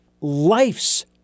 life's